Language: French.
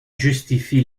justifie